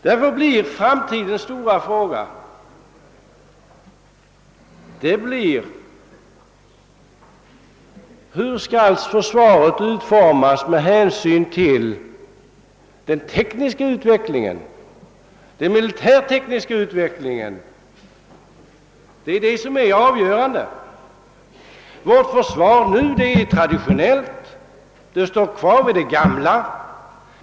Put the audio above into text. Därför blir framtidens stora fråga: Hur skall försvaret utformas med hänsyn till den militärtekniska utvecklingen? Det är det avgörande. Vårt nuvarande försvar är traditionellt, det står kvar vid det gamla.